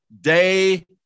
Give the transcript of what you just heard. day